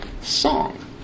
song